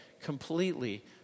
completely